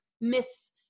miss